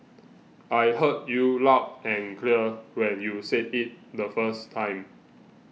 I heard you loud and clear when you said it the first time